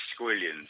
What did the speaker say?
squillions